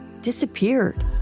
disappeared